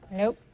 nope.